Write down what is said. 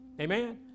Amen